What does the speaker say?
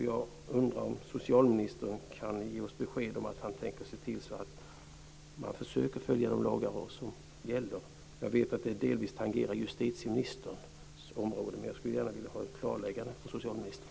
Jag undrar om socialministern kan ge oss besked om att han tänker se till att man följer de lagar som gäller. Jag vet att detta delvis tangerar justitieministerns område, men jag skulle gärna vilja få ett klarläggande från socialministern.